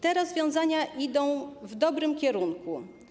Te rozwiązania idą w dobrym kierunku.